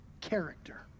character